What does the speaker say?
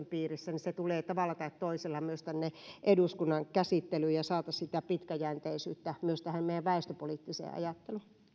piirissä niin se tulee tavalla tai toisella myös tänne eduskunnan käsittelyyn ja saataisiin sitä pitkäjänteisyyttä myös tähän meidän väestöpoliittiseen ajatteluun